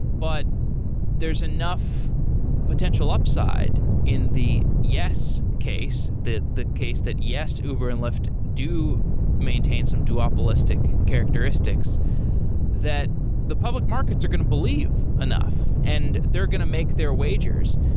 but there's enough potential upside in the yes case, the case that, yes, uber and lyft do maintain some duopolistic characteristics that the public markets are going to believe enough, and they're going to make their wagers.